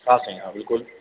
हा साईं हा बिल्कुलु